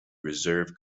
reserve